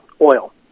Oil